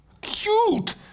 cute